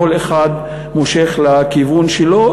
כל אחד מושך לכיוון שלו,